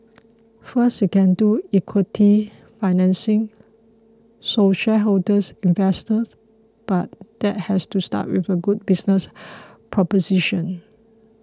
first you can do equity financing so shareholders investors but that has to start with a good business proposition